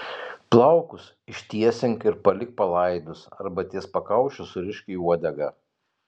plaukus ištiesink ir palik palaidus arba ties pakaušiu surišk į uodegą